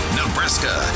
Nebraska